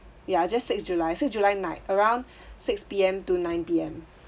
ya just sixth july sixth july night around six P_M to nine P_M